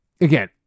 Again